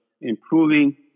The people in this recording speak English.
improving